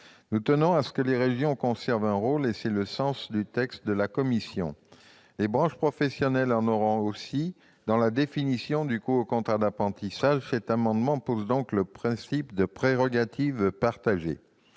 Nous tenons à ce que les régions conservent un rôle ; tel est le sens du texte de la commission. Les branches professionnelles en joueront aussi un, dans le cadre de la définition du coût au contrat d'apprentissage. Ces amendements posent donc le principe de prérogatives partagées.